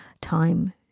time